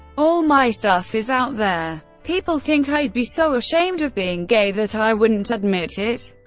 all my stuff is out there. people think i'd be so ashamed of being gay that i wouldn't admit it?